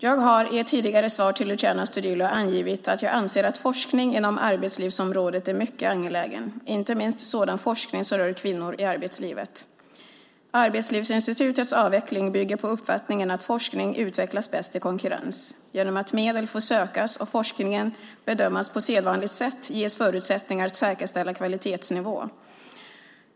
Jag har i ett tidigare svar till Luciano Astudillo angivit att jag anser att forskning inom arbetslivsområdet är mycket angelägen, inte minst sådan forskning som rör kvinnor i arbetslivet. Arbetslivsinstitutets avveckling bygger på uppfattningen att forskning utvecklas bäst i konkurrens. Genom att medel får sökas och forskningen bedömas på sedvanligt sätt ges förutsättningar att säkerställa kvalitetsnivån.